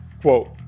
Quote